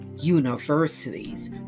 universities